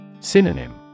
Synonym